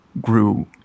grew